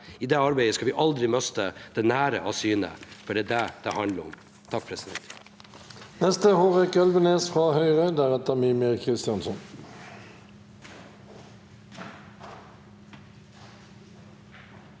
I det arbeidet skal vi aldri miste «det nære» av syne, for det er det det handler om. Hårek Elvenes